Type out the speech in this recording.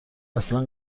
اصلا